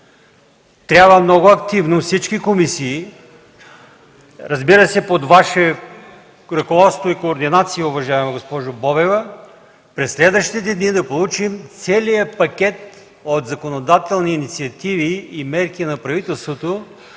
Трябва много активно всички комисии, разбира се, под Ваше ръководство и координация, уважаема госпожо Бобева, през следващите дни да получим целия пакет от законодателни инициативи и мерки на правителството,